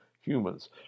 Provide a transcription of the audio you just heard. humans